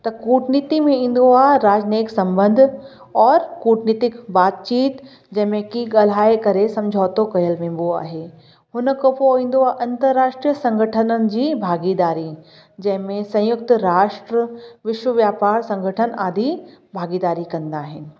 त कूटनीति में ईंदो आहे राजनिक संबंध और कूटनीतिक बातचीत जंहिं में कि ॻाल्हाए करे समुझोतो कयो वेंदो आहे हुन खां पोइ ईंदो आहे अंतराष्ट्रीय संगठननि जी भाॻीदारी जंहिं में संयुक्त राष्ट्र विश्वव्यापार संगठन आदि भाॻीदारी कंदा आहिनि